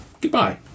goodbye